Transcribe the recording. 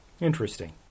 Interesting